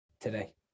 today